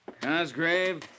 Cosgrave